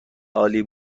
عالی